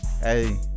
Hey